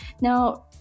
now